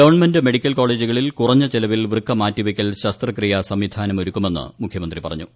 government medical കോളേജുകളിൽ കുറഞ്ഞ ചെലവിൽ വൃക്ക മാറ്റിവയ്ക്കൽ ശസ്ത്രക്രിയാ സംവിധാനം ഒരുക്കുമെന്ന് മുഖ്യമന്ത്രി പറഞ്ഞു